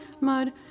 mud